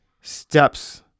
steps